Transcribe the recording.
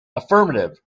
affirmative